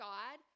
God